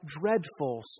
dreadful